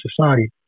society